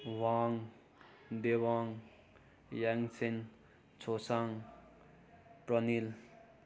Wang Dewang Yangchen Chosang Pranil